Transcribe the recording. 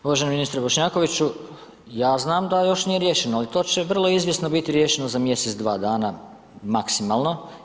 Poštovani ministre Bošnjakoviću, ja znam da još nije riješeno, ali to će vrlo izvjesno biti riješeno za mjesec-dva dana, maksimalno.